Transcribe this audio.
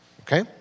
okay